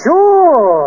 Sure